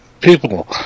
people